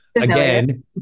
again